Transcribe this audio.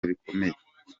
bikomeye